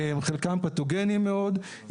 חלקם פתוגניים מאוד.